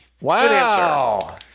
Wow